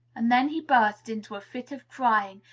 and then he burst into a fit of crying,